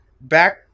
back